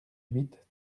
huit